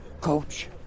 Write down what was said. coach